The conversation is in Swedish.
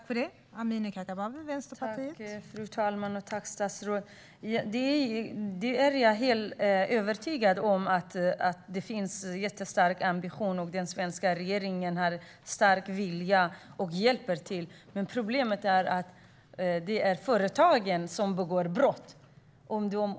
Fru talman! Tack, statsrådet! Jag är helt övertygad om att det finns en jättestark ambition och att den svenska regeringen har en stark vilja och hjälper till. Men problemet är att det är företagen som begår brott.